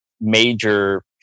major